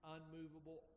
unmovable